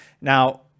Now